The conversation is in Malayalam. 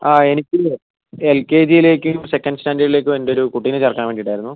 ആ എനിക്ക് എൽ കെ ജിയിലേക്കും സെക്കന്റ് സ്റ്റാൻഡേർഡിലേക്കും എൻ്റെ ഒരു കുട്ടീനെ ചേർക്കാൻ വേണ്ടിയിട്ട് ആയിരുന്നു